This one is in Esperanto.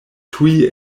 tuj